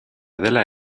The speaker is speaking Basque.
dela